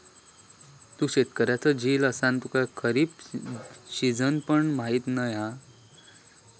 तू शेतकऱ्याचो झील असान तुका खरीप सिजन पण माहीत नाय हा